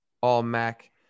all-MAC